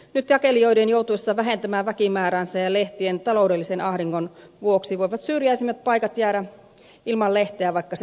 nyt jakelijoiden joutuessa vähentämään väkimääräänsä ja lehtien taloudellisen ahdingon vuoksi voivat syrjäisimmät paikat jäädä ilman lehteä vaikka se olisikin tilattu